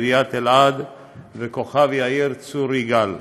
עיריית אלעד וכוכב יאיר צור יגאל.